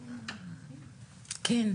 שלום